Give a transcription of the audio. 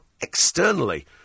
externally